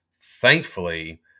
thankfully